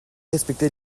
respecté